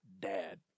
Dad